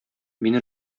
мин